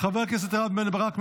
חבר הכנסת רם בן ברק,